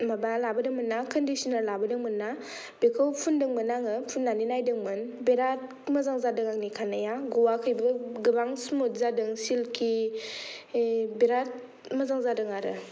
माबा लाबोदोंमोनना कनडिसिनार लाबोदोंमोनना बेखौ फुनदोंमोन आङो फुननानै नायदोंमोन बिराट मोजां जादों आंनि खानाया गयाखैबो गोबां सिमुत जादों सिलखि बिराट मोजां जादों आरो